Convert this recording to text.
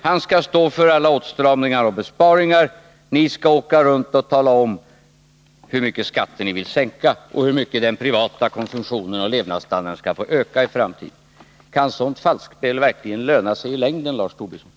Han skall stå för alla åtstramningar och besparingar. Ni skall åka runt och tala om hur mycket ni vill sänka skatterna och hur mycket den privata konsumtionen och levnadsstandarden skall öka i framtiden. Kan ett sådant falskspel verkligen löna sig i längden, Lars Tobisson?